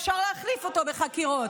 אפשר להחליף אותו בחקירות,